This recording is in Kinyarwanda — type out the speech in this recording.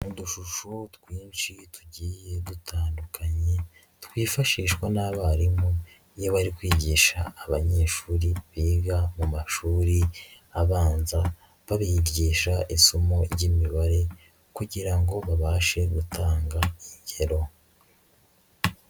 Udushusho twinshi tugiye dutandukanye twifashishwa n'abarimu iyo bari kwigisha abanyeshuri biga mu mashuri abanza b'abigisha isomo ry'Imibare kugira ngo babashe gutanga ingero.